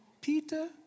Peter